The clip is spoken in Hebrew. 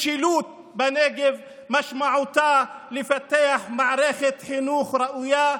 משילות בנגב משמעותה לפתח מערכת חינוך ראויה,